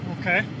Okay